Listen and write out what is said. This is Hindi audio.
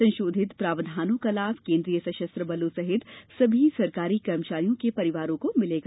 संशोधित प्रावधानों का लाभ केन्द्रीय सशस्त्र बलों सहित सभी सरकारी कर्मचारियों के परिवारों को मिलेगा